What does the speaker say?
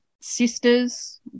Sisters